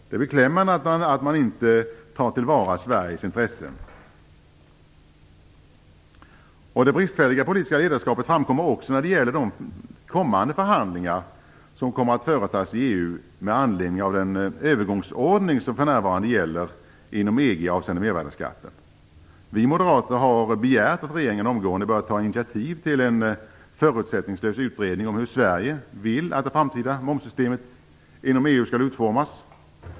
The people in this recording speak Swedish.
Det är beklämmande att man inte tar till vara Sveriges intressen. Det bristfälliga politiska ledarskapet framkommer också när det gäller de förhandlingar som kommer att företas i EU med anledning av den övergångsordning som för närvarande gäller inom EG avseende mervärdesskatten. Vi moderater har begärt att regeringen omgående skall ta initiativ till en förutsättningslös utredning om hur Sverige vill att det framtida momssystemet inom EU skall utformas.